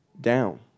down